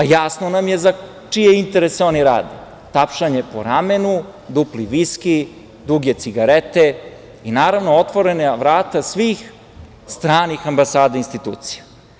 Jasno nam je za čije interese oni rade - tapšanje po ramenu, dupli viski, duge cigarete i, naravno, otvorena vrata svih stranih ambasada i institucija.